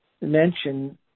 mention